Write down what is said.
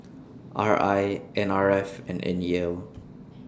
R I N R F and N E L